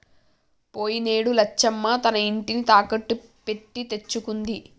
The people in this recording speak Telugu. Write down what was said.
పోయినేడు లచ్చమ్మ తన ఇంటిని తాకట్టు పెట్టి తెచ్చుకుంది